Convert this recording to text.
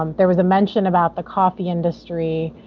um there was a mention about the coffee industry.